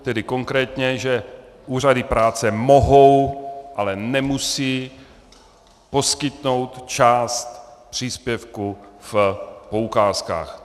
Tedy konkrétně, že úřady práce mohou, ale nemusí poskytnout část příspěvku v poukázkách.